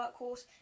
workhorse